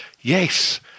Yes